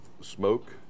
smoke